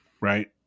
right